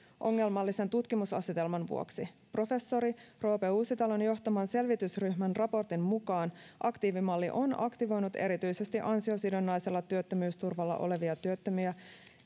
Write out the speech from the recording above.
ongelmallisen tutkimusasetelman vuoksi professori roope uusitalon johtaman selvitysryhmän raportin mukaan aktiivimalli on aktivoinut erityisesti ansiosidonnaisella työttömyysturvalla olevia työttömiä